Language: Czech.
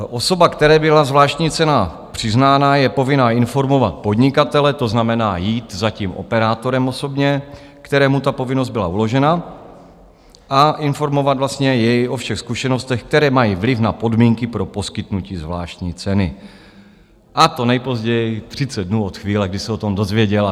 Osoba, které byla zvláštní cena přiznána, je povinna informovat podnikatele, to znamená, jít za operátorem osobně, kterému ta povinnost byla uložena, a informovat jej o všech zkušenostech, které mají vliv na podmínky pro poskytnutí zvláštní ceny, a to nejpozději do 30 dnů od chvíle, kdy se o tom dozvěděla.